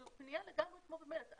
זו פניה לגמרי כמו במייל.